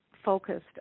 focused